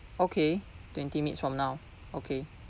okay twenty minutes from now okay